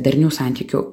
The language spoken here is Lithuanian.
darnių santykių